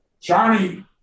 Johnny